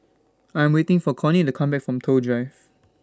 I'm waiting For Connie to Come Back from Toh Drive